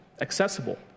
accessible